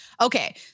Okay